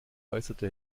äußerte